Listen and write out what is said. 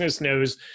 knows